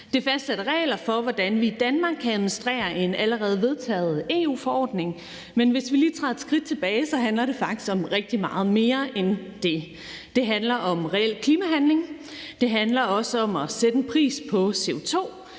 Det fastsætter regler for, hvordan vi i Danmark kan administrere en allerede vedtaget EU-forordning, men hvis vi lige træder et skridt tilbage, handler det faktisk om rigtig meget mere end det. Det handler om reel klimahandling, det handler om at sætte pris på CO2,